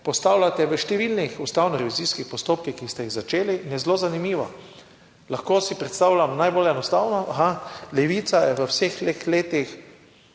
postavljate v številnih ustavno revizijskih postopkih, ki ste jih začeli in je zelo zanimivo. Lahko si predstavljamo najbolj enostavno, aha, Levica je v vseh teh letih